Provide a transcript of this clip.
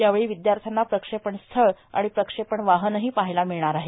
यावेळी विद्यार्थ्याना प्रक्षेपण स्थळ आणि प्रक्षेपण वाहनही पाहायला मिळणार आहे